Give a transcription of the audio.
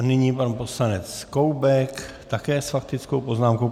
Nyní pan poslanec Koubek také s faktickou poznámkou.